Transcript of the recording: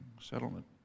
settlement